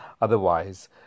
Otherwise